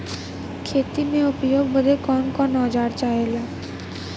खेती में उपयोग बदे कौन कौन औजार चाहेला?